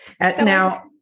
now